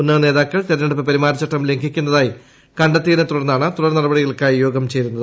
ഉന്നത നേതാക്കൾ തെരഞ്ഞെടുപ്പ് പെരുമാറ്റച്ചട്ടം ലംഘിക്കുന്നതായി കണ്ടെത്തിയതിനെ തുടർന്നാണ് തുടർ നടപടികൾക്കായി യോഗം ചേരുന്നത്